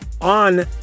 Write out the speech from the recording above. on